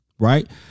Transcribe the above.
right